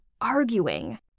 arguing